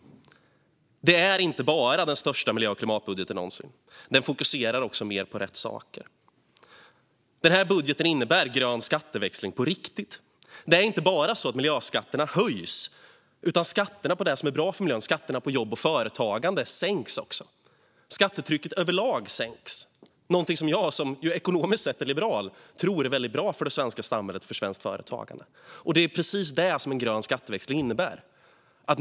Det är inte bara den största miljö och klimatbudgeten någonsin. Den fokuserar också mer på rätt saker. Denna budget innebär grön skatteväxling på riktigt. Det är inte bara så att miljöskatterna höjs, utan det är också så att skatterna på det som är bra för miljön och skatterna på jobb och företagande sänks. Skattetrycket överlag sänks. Det är någonting som jag, som ju ekonomiskt sett är liberal, tror är väldigt bra för det svenska samhället och för svenskt företagande. Det är precis det som en grön skatteväxling innebär.